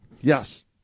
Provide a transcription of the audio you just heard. Yes